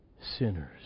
sinners